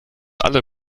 alle